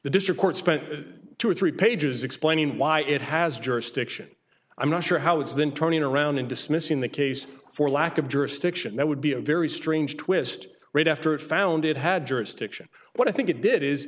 the district court spent two or three pages explaining why it has jurisdiction i'm not sure how it's then turning around and dismissing the case for lack of jurisdiction that would be a very strange twist right after it found it had jurisdiction what i think it did is